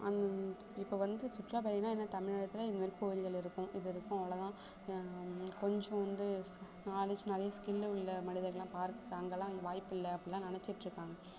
அந்த இப்போ வந்து சுற்றுலாப் பயணின்னா என்ன தமிழகத்தில் இந்த மாதிரி கோயில்கள் இருக்கும் இது இருக்கும் அவ்வளவுதான் கொஞ்சம் வந்து ச நாலேஜ் நிறையா ஸ்கில்லு உள்ள மனிதர்கள் எல்லாம் பார்க்க அங்கேல்லாம் வாய்ப்பு இல்லை அப்படில்லாம் நினச்சிட்ருக்காங்க